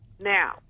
Now